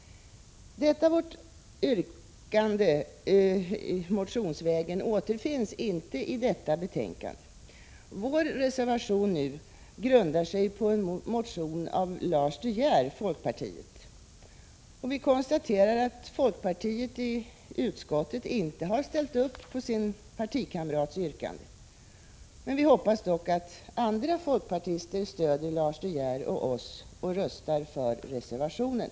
Detta vårt motionsyrkande återfinns inte i detta betänkande. Vår reservation nu grundar sig på en motion av Lars De Geer från folkpartiet. Vi konstaterar att folkpartiet i utskottet inte ställt upp bakom sin partikamrats yrkande. Vi hoppas dock att andra folkpartister stöder Lars De Geer och oss och röstar för reservationen.